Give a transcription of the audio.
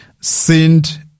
sinned